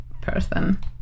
person